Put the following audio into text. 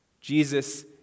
Jesus